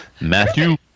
Matthew